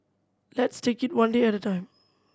let's take it one day at a time